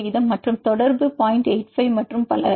85 மற்றும் பல